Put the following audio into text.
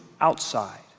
outside